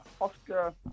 Oscar